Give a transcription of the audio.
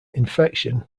infection